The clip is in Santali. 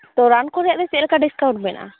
ᱛᱚ ᱨᱟᱱ ᱠᱚᱨᱮᱱᱟᱜ ᱫᱚ ᱪᱮᱫᱞᱮᱠᱟ ᱰᱤᱥᱠᱟᱣᱩᱱᱴ ᱢᱮᱱᱟᱜᱼᱟ